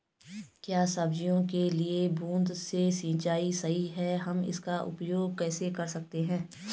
क्या सब्जियों के लिए बूँद से सिंचाई सही है हम इसका उपयोग कैसे कर सकते हैं?